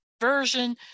version